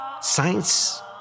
science